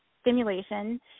stimulation